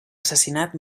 assassinat